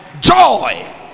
joy